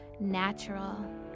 Natural